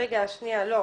רגע, שנייה, לא.